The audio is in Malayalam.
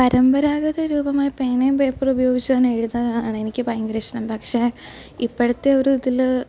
പരമ്പരാഗത രൂപമായ പേനയും പേപ്പറും ഉപയോഗിച്ചാണ് എഴുതാനാണെനിക്ക് ഭയങ്കര ഇഷ്ടം പക്ഷെ ഇപ്പോഴത്തെ ഒരിതിൽ